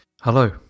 Hello